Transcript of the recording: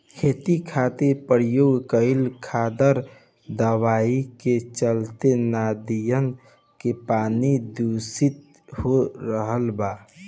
खेती खातिर प्रयोग कईल खादर दवाई के चलते नदियन के पानी दुसित हो रहल बा